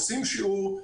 עושים שיעור,